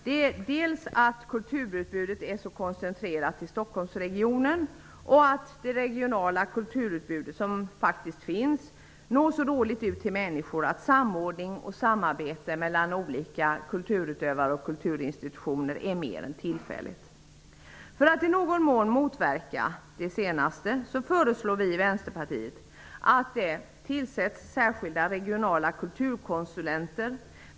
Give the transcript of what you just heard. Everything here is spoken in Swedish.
Det gäller dels att kulturutbudet är så koncentrerat till Stockholmsregionen, dels och att det regionala kulturutbud som faktiskt finns så dåligt når ut till människor att samordning och samarbete mellan olika kulturutövare och kulturinstitutioner blir högst tillfälligt. För att i någon mån motverka det sistnämnda föreslår vi i Vänsterpartiet att särskilda regionala kulturkonsulenter tillsätts.